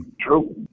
True